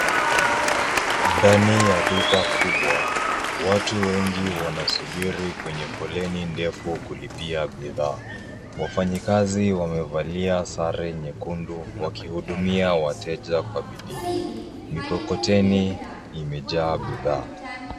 Ndani ya duka kubwa, watu wengi wanasubiri kwenye foleni ndefu kulipia bidhaa. Wafanyikazi wamevalia sare nyekundu wakihudumia wateja kwa bidii. Mikokoteni imejaa bidhaa.